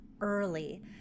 early